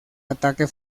ataque